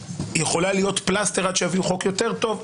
יכולה להיות פלסטר עד שיביאו חוק יותר טוב,